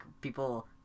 people